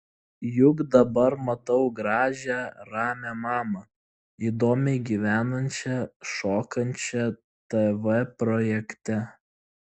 juk dabar matau gražią ramią mamą įdomiai gyvenančią šokančią tv projekte